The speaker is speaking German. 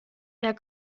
wer